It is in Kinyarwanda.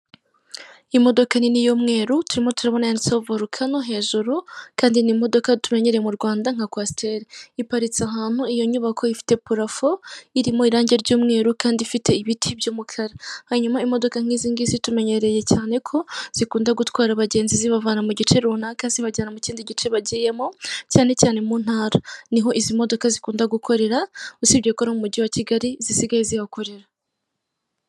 Imodoka nini y'umweru turimo turabona yanditseho volukano hejuru kandi ni imodoka tumenyere mu Rwanda nka kwasiteri, iparitse ahantu iyo nyubako ifite purafo irimo irangi ry'umweru kandi ifite ibiti by'umukara. Hanyuma imodoka nk'izingizi tumenyereye cyane ko zikunda gutwara abagenzi zibavana mu gice runaka zibajyana mu kindi gice bagiyemo cyane cyane mu ntara, niho izi modoka zikunda gukorera usibye ko no mu umujyi wa Kigali zisigaye zihakorera.